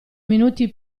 minuti